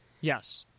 Yes